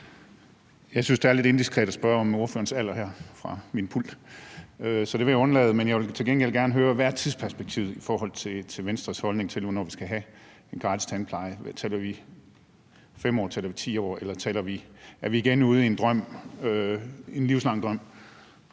Jeg synes, det er lidt indiskret at spørge om ordførerens alder her fra min pult. Så det vil jeg undlade. Men jeg vil til gengæld gerne høre, hvad tidsperspektivet er i forhold til Venstres holdning, når vi nu skal have en gratis tandpleje. Taler vi 5 år? Taler vi 10 år? Eller er vi igen ude i en livslang drøm?